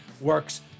works